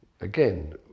again